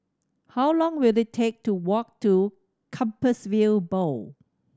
how long will it take to walk to Compassvale Bow